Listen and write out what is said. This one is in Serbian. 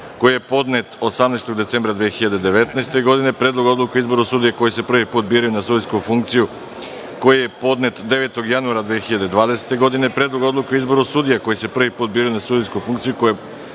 koji je podnet 28. oktobra 2019. godine; Predlogu odluke o izboru sudija koji se prvi put biraju na sudijsku funkciju koji je podnet 18. decembra 2019. godine; Predlogu odluke o izboru sudija koji se prvi put biraju na sudijsku funkciju